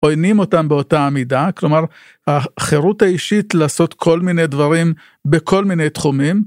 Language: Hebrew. עוינים אותם באותה המידה, כלומר, החירות האישית לעשות כל מיני דברים בכל מיני תחומים.